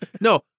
No